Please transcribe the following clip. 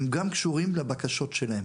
הם גם קשורים לבקשות שלהם.